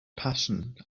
passion